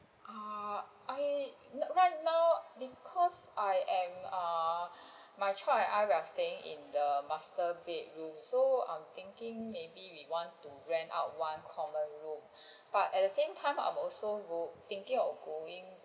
ah I right now because I am ah my child and I we're staying in the master bedroom so I'm thinking maybe we want to rent out one common room but at the same time I'm also go~ thinking of going